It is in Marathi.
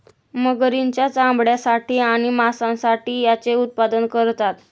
मगरींच्या चामड्यासाठी आणि मांसासाठी याचे उत्पादन करतात